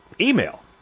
email